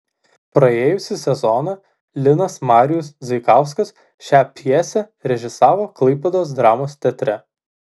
praėjusį sezoną linas marijus zaikauskas šią pjesę režisavo klaipėdos dramos teatre